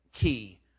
key